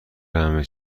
همه